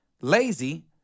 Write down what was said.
lazy